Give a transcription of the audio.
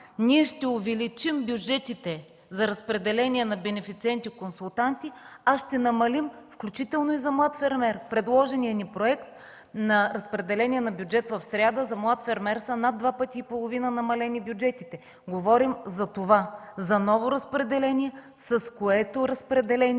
ние ще увеличим бюджетите за разпределение на бенефициенти-консултанти, а ще намалим, включително и за „Млад фермер”, предложения ни проект на разпределение на бюджет в сряда. За „Млад фермер” са над два пъти и половина намалени бюджетите! Говорим за това – за ново разпределение, с което разпределение